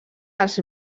als